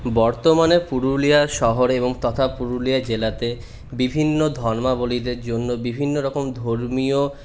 বর্তমানে পুরুলিয়া শহরে এবং তথা পুরুলিয়া জেলাতে বিভিন্ন ধর্মাবলম্বীদের জন্য বিভিন্ন রকম ধর্মীয়